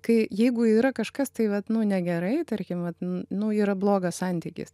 kai jeigu yra kažkas tai vat nu negerai tarkimvat nu yra blogas santykis